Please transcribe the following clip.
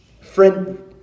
Friend